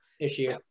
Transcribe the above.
issue